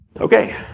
Okay